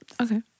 Okay